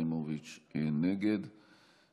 נגיף הקורונה החדש (הוראת